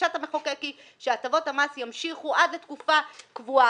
בקשת המחוקק היא שהטבות המס ימשיכו עד לתקופה קבועה.